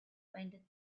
painted